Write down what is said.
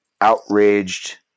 outraged